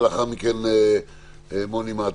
ולאחר מכן מוני מעתוק,